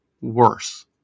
worse